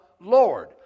Lord